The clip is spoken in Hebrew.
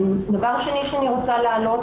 דבר שני שאני רוצה להעלות,